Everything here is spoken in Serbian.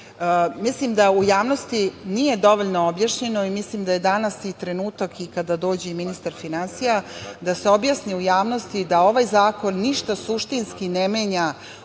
mislim da u javnosti nije dovoljno objašnjeno i mislim da je danas i trenutak, i kada dođe i ministar finansija, da se objasni javnosti da ovaj zakon ništa suštinski ne menja